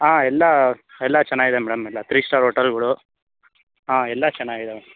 ಹಾಂ ಎಲ್ಲ ಎಲ್ಲ ಚೆನ್ನಾಗಿದೆ ಮೇಡಮ್ ಎಲ್ಲ ತ್ರೀ ಸ್ಟಾರ್ ಹೋಟಲ್ಗಳು ಹಾಂ ಎಲ್ಲ ಚೆನ್ನಾಗಿದ್ದಾವೆ